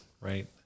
Right